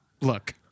Look